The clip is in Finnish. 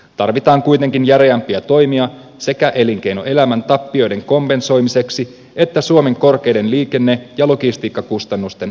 tarvitaan kuitenkin järeämpiä toimia sekä elinkeinoelämän tappioiden kompensoimiseksi että suomen korkeiden liikenne ja logistiikkakustannusten alentamiseksi